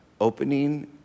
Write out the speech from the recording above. Opening